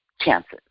chances